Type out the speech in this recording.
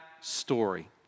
story